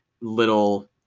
little